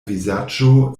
vizaĝo